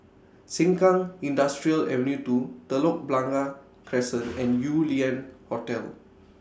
Sengkang Industrial Avenue two Telok Blangah Crescent and Yew Lian Hotel